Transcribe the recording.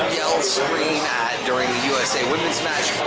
yell, scream at during the usa women's match.